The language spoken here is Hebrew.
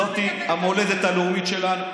זו המולדת הלאומית שלנו.